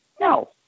No